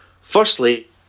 Firstly